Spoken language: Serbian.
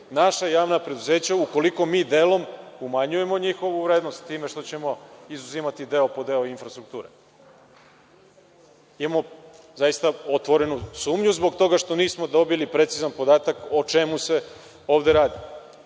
naša javna preduzeća, ukoliko mi delom umanjujemo njihovu vrednost time što ćemo izuzimati deo po deo infrastrukture? Imamo otvorenu sumnju zbog toga što nismo dobili precizan podatak o čemu se ovde